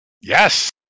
Yes